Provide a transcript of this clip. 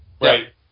right